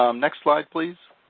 um next slide, please.